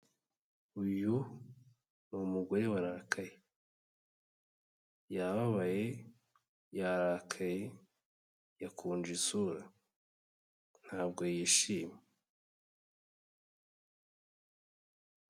Uyu ni umugore warakaye, yababaye, yarakaye yakunje isura, ntabwo yishimye.